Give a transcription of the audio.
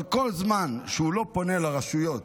אבל כל זמן שהוא לא פונה לרשויות